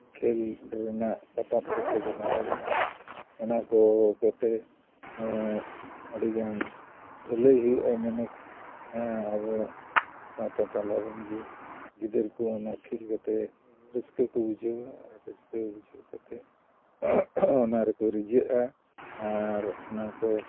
ᱠᱷᱮᱞ ᱨᱮᱱᱟᱜ ᱥᱟᱯᱟᱵ ᱠᱚᱠᱚ ᱵᱮᱱᱟᱣ ᱫᱟᱲᱮᱭᱟᱜᱼᱟ ᱚᱱᱟ ᱠᱚ ᱠᱚᱛᱮ ᱟᱹᱰᱤᱜᱟᱱ ᱵᱷᱟᱹᱞᱟᱹᱭ ᱦᱩᱭᱩᱜᱼᱟ ᱢᱮᱱᱮᱠ ᱟᱵᱚ ᱥᱟᱶᱛᱟ ᱛᱟᱞᱟ ᱨᱮᱱ ᱜᱮ ᱜᱤᱫᱟᱹᱨ ᱠᱚ ᱚᱱᱟ ᱠᱷᱮᱞ ᱠᱟᱛᱮ ᱨᱟᱹᱥᱠᱟᱹ ᱠᱚ ᱵᱩᱡᱷᱟᱹᱣᱟ ᱟᱨ ᱨᱟᱹᱥᱠᱟᱹ ᱵᱩᱡᱷᱟᱹᱣ ᱠᱟᱛᱮ ᱚᱱᱟ ᱨᱮᱠᱚ ᱨᱤᱡᱷᱟᱹᱜᱼᱟ ᱟᱨ ᱚᱱᱟ ᱠᱚ